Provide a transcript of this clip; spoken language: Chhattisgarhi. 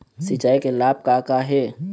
सिचाई के लाभ का का हे?